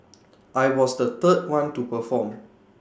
I was the third one to perform